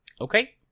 Okay